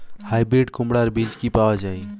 Hybrid কুমড়ার বীজ কি পাওয়া য়ায়?